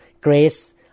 grace